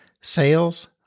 sales